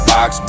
Box